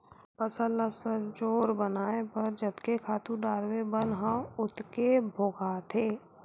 फसल ल सजोर बनाए बर जतके खातू डारबे बन ह ओतके भोगाथे